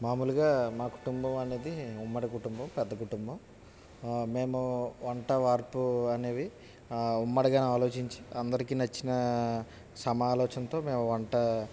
మామూలుగా మా కుటుంబం అనేది ఉమ్మడి కుటుంబం పెద్ద కుటుంబం మేము వంట వార్పు అనేవి ఉమ్మడిగా ఆలోచించి అందరికీ నచ్చినా సమ ఆలోచనతో మేము వంట